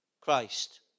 Christ